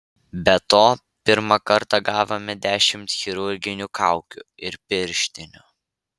be to pirmą kartą gavome dešimt chirurginių kaukių ir pirštinių